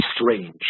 strange